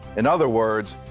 in other words,